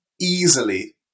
Easily